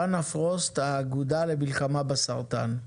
דנה פרוסט, האגודה למלחמה בסרטן,